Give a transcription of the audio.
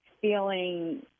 feeling